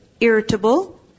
irritable